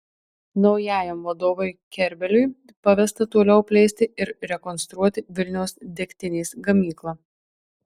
naujajam vadovui kerbeliui pavesta toliau plėsti ir rekonstruoti vilniaus degtinės gamyklą